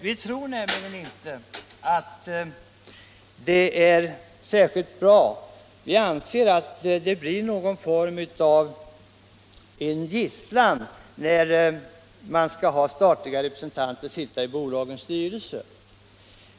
Vi anser nämligen att det kan bli någon form av gisslan om statliga representanter sitter i bolagens styrelser.